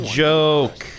joke